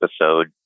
episode